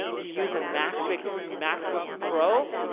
you use a macbook macbook pro,